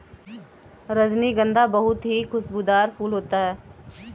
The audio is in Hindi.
रजनीगंधा बहुत ही खुशबूदार फूल होता है